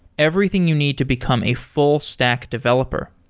everything you need to become a full stack developer.